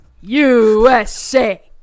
USA